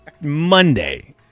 Monday